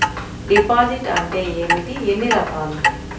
Deposit అంటే ఏమిటీ ఎన్ని రకాలు?